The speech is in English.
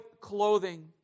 clothing